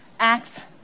act